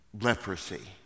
leprosy